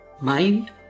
mind